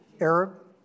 Arab